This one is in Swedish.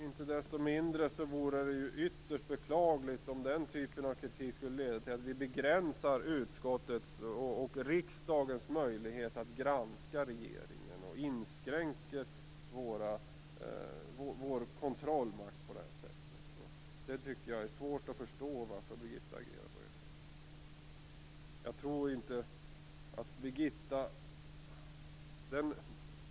Inte desto mindre vore det ytterst beklagligt om den typen av kritik skulle leda till att vi begränsar utskottets och riksdagens möjlighet att granska regeringen och inskränker vår kontrollmakt. Det är svårt att förstå varför Birgitta Hambraeus agerar på det sättet.